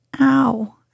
Ow